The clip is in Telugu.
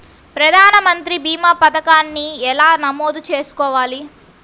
ప్రధాన మంత్రి భీమా పతకాన్ని ఎలా నమోదు చేసుకోవాలి?